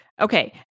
Okay